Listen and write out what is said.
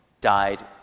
died